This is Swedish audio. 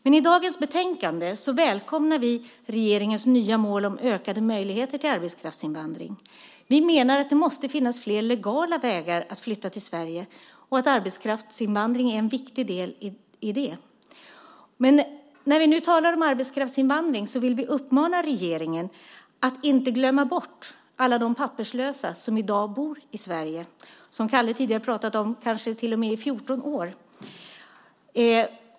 I dagens betänkande välkomnar vi regeringens nya mål om ökade möjligheter till arbetskraftsinvandring. Vi menar att det måste finnas flera legala vägar att flytta till Sverige och att arbetskraftsinvandring är en viktig del i det. När vi nu talar om arbetskraftsinvandring vill vi uppmana regeringen att inte glömma bort alla de papperslösa som i dag bor i Sverige. Kalle Larsson pratade tidigare om att de varit här kanske till och med i 14 år.